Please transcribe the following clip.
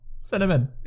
Cinnamon